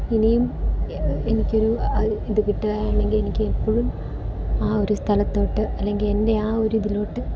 ഇനിയും എനിക്കൊരു ഇത് കിട്ടുകയാണെങ്കിൽ എനിക്ക് എപ്പോഴും ആ ഒരു സ്ഥലത്തോട്ട് അല്ലെങ്കിൽ എൻ്റെ ആ ഒരു ഇതിലോട്ട്